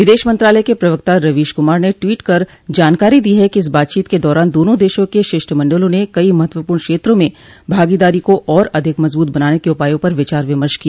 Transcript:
विदेश मंत्रालय के प्रवक्ता रवीश कुमार ने ट्वीट कर जानकारी दी है कि इस बातचीत के दौरान दोनों देशों के शिष्टमंडलों ने कई महत्वपूर्ण क्षेत्रों में भागीदारी को और अधिक मजबूत बनाने के उपायों पर विचार विमर्श किया